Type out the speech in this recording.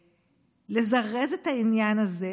לזרז את העניין הזה,